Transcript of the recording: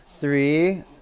three